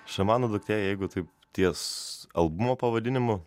šamano duktė jeigu taip ties albumo pavadinimu